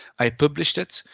i published it,